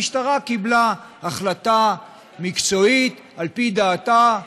המשטרה קיבלה החלטה מקצועית על פי דעתה,